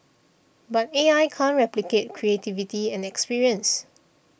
but A I can't replicate creativity and experience